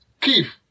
Keith